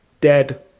Dead